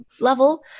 level